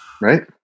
right